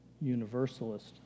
universalist